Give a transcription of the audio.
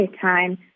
time